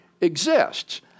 exists